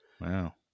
Wow